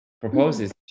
proposes